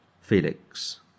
Felix